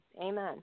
Amen